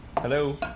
Hello